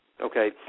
Okay